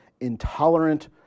intolerant